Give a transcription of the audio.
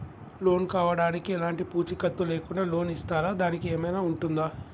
Loan కావడానికి ఎలాంటి పూచీకత్తు లేకుండా లోన్ ఇస్తారా దానికి ఏమైనా ఉంటుందా?